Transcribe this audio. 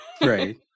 right